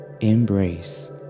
embrace